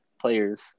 players